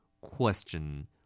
Question